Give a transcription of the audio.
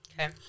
Okay